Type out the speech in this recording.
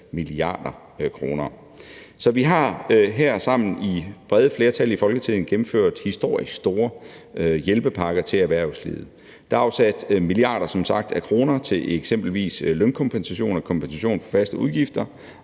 vi har her i Folketinget, sammen i brede flertal, gennemført historisk store hjælpepakker til erhvervslivet. Der er som sagt afsat milliarder af kroner til eksempelvis lønkompensation og kompensation for faste udgifter